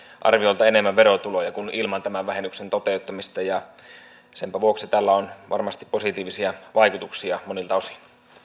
arviolta enemmän verotuloja kuin ilman tämän vähennyksen toteuttamista senpä vuoksi tällä on varmasti positiivisia vaikutuksia monilta osin